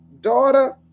daughter